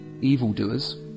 evildoers